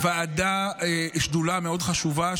שדולה מאוד חשובה.